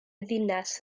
ddinas